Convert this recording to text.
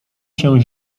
się